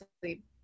sleep